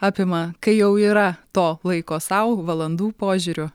apima kai jau yra to laiko sau valandų požiūriu